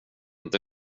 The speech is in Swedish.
inte